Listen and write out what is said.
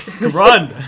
Run